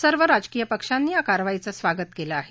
सर्व राजकीय पक्षांनी या कारवाईचं स्वागत केलं आहे